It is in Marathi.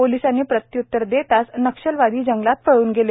पोलिसांनी प्रत्य्तर देताच नक्षलवादी जंगलात पळून गेले